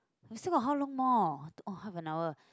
we still got how long more oh half and hours